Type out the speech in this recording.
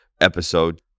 episode